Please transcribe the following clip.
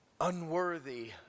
unworthy